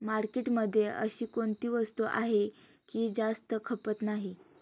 मार्केटमध्ये अशी कोणती वस्तू आहे की जास्त खपत नाही?